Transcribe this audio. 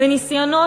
וניסיונות,